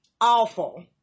Awful